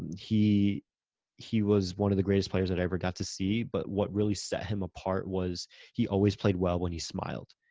he he was one of the greatest players that i ever got to see, but what really set him apart was he always played well when he smiled.